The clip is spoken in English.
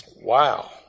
Wow